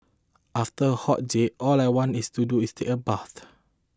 after a hot day all I want is to do is take a bath